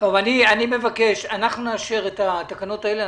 אנחנו נאשר את התקנות האלו,